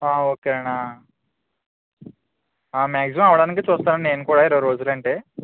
okay అండీ maximum అవ్వడానికి చూస్తానండి నేను కూడా ఇరవై రోజులంటే